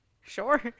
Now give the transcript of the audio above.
Sure